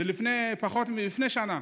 ולפני שנה